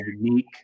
unique